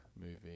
movie